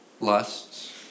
lusts